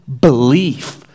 belief